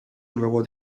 luego